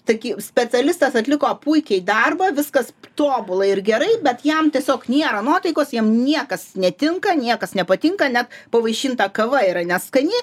tai ki specialistas atliko puikiai darbą viskas tobula ir gerai bet jam tiesiog nėra nuotaikos jam niekas netinka niekas nepatinka net pavaišinta kava yra neskani